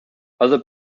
other